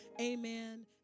Amen